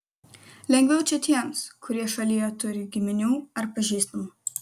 lengviau čia tiems kurie šalyje turi giminių ar pažįstamų